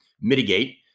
mitigate